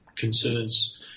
concerns